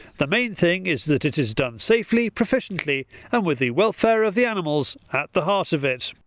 the main thing is that it is done safely, proficiently and with the welfare of the animals at the heart of it.